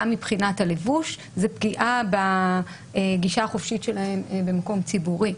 מבחינת הלבוש זו פגיעה בגישה החופשית שלהן במקום ציבורי.